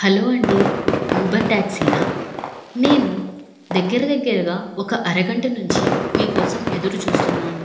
hello అండి Uber ట్యాక్సీనా నేను దగ్గర దగ్గరగా ఒక అరగంట నుంచి మీకోసం ఎదురుచూస్తున్నాను